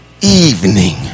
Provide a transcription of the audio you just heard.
evening